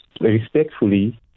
respectfully